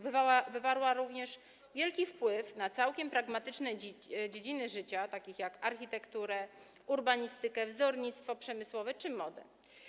Wywarła również wielki wpływ na całkiem pragmatyczne dziedziny życia, takie jak architektura, urbanistyka, wzornictwo przemysłowe czy moda.